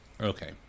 Okay